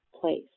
place